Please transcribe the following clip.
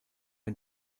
ein